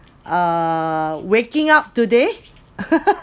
uh waking up today